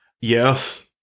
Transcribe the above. Yes